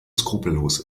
skrupellos